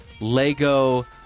Lego